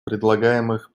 предлагаемых